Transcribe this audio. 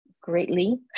greatly